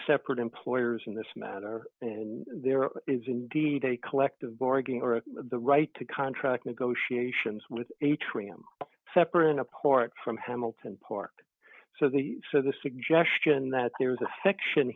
separate employers in this matter and there is indeed a collective bargaining or the right to contract negotiations with atrium separate and apart from hamilton park so the so the suggestion that there is a sec